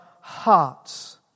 hearts